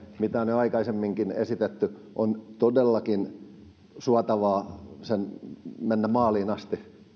mitä on jo aikaisemminkin esitetty on todellakin suotavaa mennä maaliin asti